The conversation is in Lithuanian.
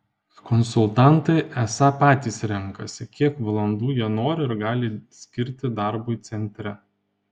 konsultantai esą patys renkasi kiek valandų jie nori ir gali skirti darbui centre